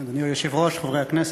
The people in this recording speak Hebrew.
אדוני היושב-ראש, חברי הכנסת,